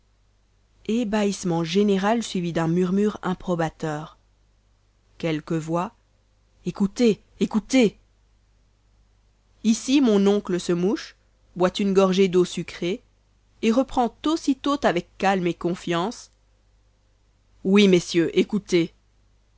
quelques voix écoutez écoutez ici mon oncle se mouche boit une gorgée d'eau sucrée et reprend aussitôt avec calme et confiance oui